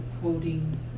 quoting